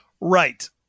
Right